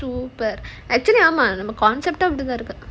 super actually ஆமா நம்ம:aamaa namma concept அப்டித்தான் இருக்கு:apdithaan irukku